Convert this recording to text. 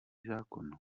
zákon